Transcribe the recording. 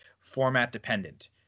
format-dependent